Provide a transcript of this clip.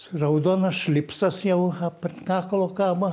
su raudonas šlipsas jau aplink kaklą kabo